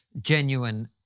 genuine